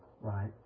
right